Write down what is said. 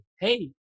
hey